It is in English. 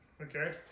okay